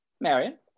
Marion